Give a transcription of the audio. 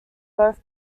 both